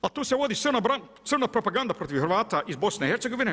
A to se vodi crna propaganda protiv Hrvata iz BIH.